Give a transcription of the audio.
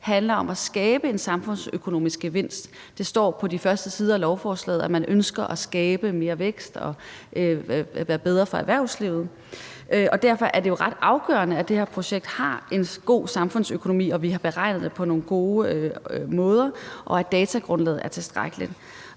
handler om at skabe en samfundsøkonomisk gevinst. Det står på de første sider af lovforslaget, at man ønsker at skabe mere vækst og være bedre for erhvervslivet, og derfor er det jo ret afgørende, at det her projekt har en god samfundsøkonomi, at vi har beregnet det på nogle gode måder, og at datagrundlaget er tilstrækkeligt.